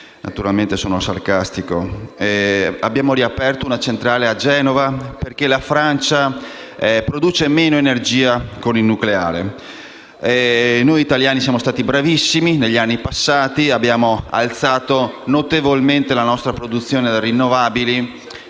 (naturalmente sono sarcastico). Abbiamo riaperto una centrale a Genova perché la Francia produce meno energia con il nucleare. Noi italiani siamo stati bravissimi negli anni passati: abbiamo aumentato notevolmente la nostra produzione da rinnovabili